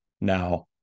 now